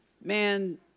man